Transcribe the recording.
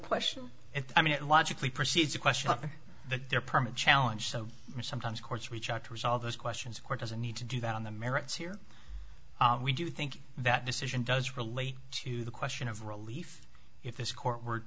question i mean it logically precedes the question of the permit challenge so sometimes courts reach out to resolve those questions court doesn't need to do that on the merits here we do think that decision does relate to the question of relief if this court w